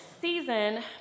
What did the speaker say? season